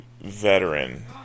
veteran